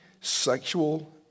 sexual